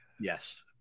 Yes